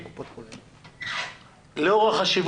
לאור החשש